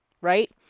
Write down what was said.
right